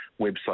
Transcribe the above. website